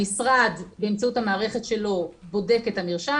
המשרד באמצעות המערכת שלו בודק את המרשם,